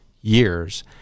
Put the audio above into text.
years